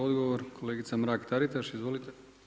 Odgovor kolegica Mrak-Taritaš, izvolite.